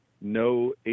No